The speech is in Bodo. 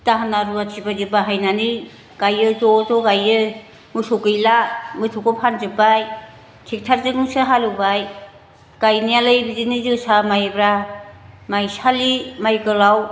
दाहोना रुवाथि बायदि बाहायनानै गायो ज' ज' गायो मोसौ गैला मोसौखौ फानजोब्बाय ट्रेक्ट'रजोंसो हालेवबाय गायनायालाय बिदिनो जोसा मायब्रा माइसालि माइ गोलाव